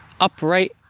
upright